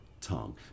tongue